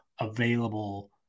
available